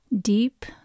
deep